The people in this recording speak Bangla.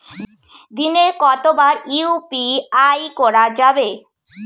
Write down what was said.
দিনে কতবার ইউ.পি.আই করা যাবে?